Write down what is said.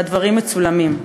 והדברים מצולמים,